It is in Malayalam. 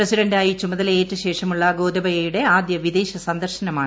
പ്രസിഡന്റായി ചുമതലയേറ്റ ശേഷമുളള ഗോതബയയുടെ ആദ്യ വിദേശ സന്ദർശനമാണ്